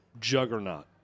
juggernaut